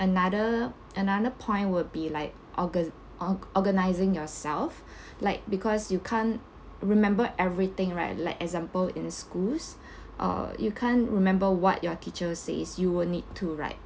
another another point would be like orga~ or~ organising yourself like because you can't remember everything right like example in schools uh you can't remember what your teacher says you will need to write